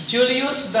Julius